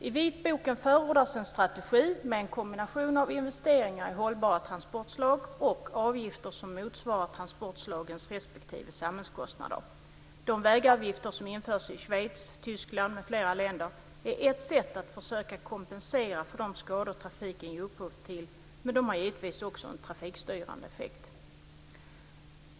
I vitboken förordas en strategi med en kombination av investeringar i hållbara transportslag och avgifter som motsvarar transportslagens respektive samhällskostnader. De vägavgifter som införs i Schweiz, Tyskland m.fl. länder är ett sätt att försöka kompensera för de skador trafiken ger upphov till, men de har också en trafikstyrande effekt.